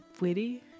witty